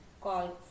called